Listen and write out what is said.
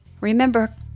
remember